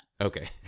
Okay